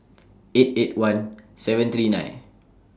eight eight one seven three nine